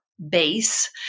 Base